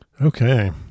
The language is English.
Okay